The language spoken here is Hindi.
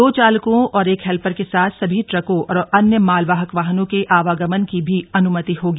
दो चालकों और एक हेल्पर के साथ सभी ट्रकों और अन्य मालवाहक वाहनों के आवगमन की भी अन्मति होगी